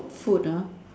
food ah